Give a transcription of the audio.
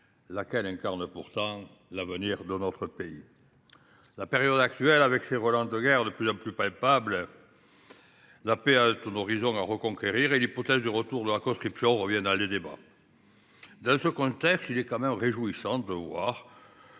qui incarne pourtant l’avenir de notre pays. La période actuelle ayant des relents de guerre de plus en plus palpables, la paix est un horizon à reconquérir et l’hypothèse du retour de la conscription revient dans les débats. Dans ce contexte, il est réjouissant de